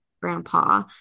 grandpa